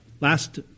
Last